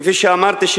כפי שאמרתי,